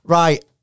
Right